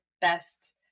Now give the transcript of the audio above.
best